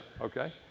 okay